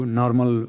normal